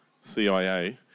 CIA